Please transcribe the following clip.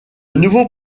nouveaux